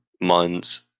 months